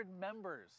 members